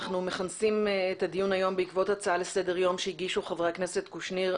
אנחנו מכנסים את הדיון היום בעקבות הצעה לסדר היום שהגישו ח"כ קושניר,